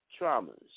traumas